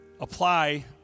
apply